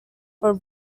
for